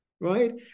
right